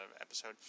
episode